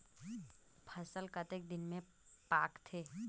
फसल कतेक दिन मे पाकथे?